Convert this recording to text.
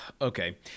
Okay